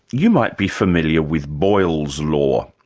you might be familiar with boyle's law,